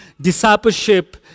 discipleship